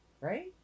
right